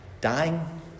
dying